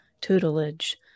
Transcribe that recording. tutelage